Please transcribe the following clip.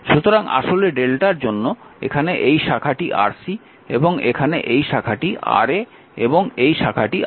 সুতরাং আসলে Δ এর জন্য এখানে এই শাখাটি Rc এবং এখানে এই শাখাটি Ra এবং এই শাখাটি Rb